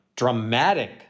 dramatic